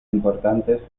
importantes